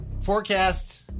Forecast